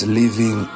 living